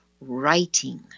writing